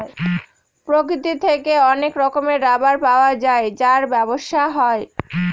প্রকৃতি থেকে অনেক রকমের রাবার পাওয়া যায় যার ব্যবসা হয়